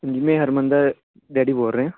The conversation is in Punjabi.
ਜੀ ਮੈਂ ਹਰਮਨ ਦਾ ਡੈਡੀ ਬੋਲ ਰਿਹਾ